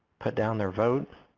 put down their vote.